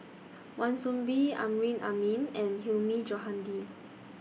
Wan Soon Bee Amrin Amin and Hilmi Johandi